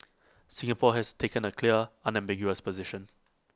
Singapore has taken A clear unambiguous position